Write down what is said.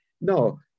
No